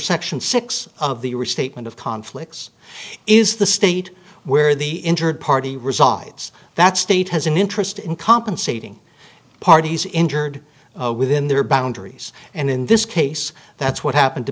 section six of the restatement of conflicts is the state where the injured party resides that state has an interest in compensating parties injured within their boundaries and in this case that's what happened to